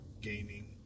gaming